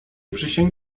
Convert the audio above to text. przysiąg